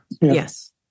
Yes